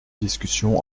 discussion